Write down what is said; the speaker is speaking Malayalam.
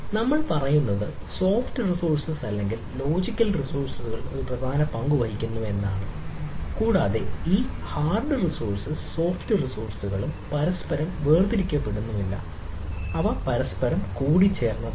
നമ്മൾ പറയുന്നത് സോഫ്റ്റ് റിസോഴ്സുകൾ സോഫ്റ്റ് റിസോഴ്സുകളും പരസ്പരം വേർതിരിക്കപ്പെടുന്നില്ല അവ പരസ്പരം കൂടിച്ചേർന്നതാണ്